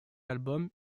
album